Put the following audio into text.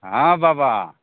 हँ बाबा